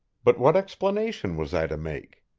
but what explanation was i to make?